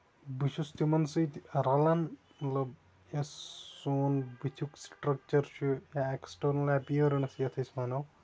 بہٕ چھُس تِمن سۭتۍ رَلان مطلب یُس سون بٔتِھیُک سٔٹرَکچر چھُ یا ایکٕسٹرنل ایپیٲرَنٕس یَتھ أسۍ وَنو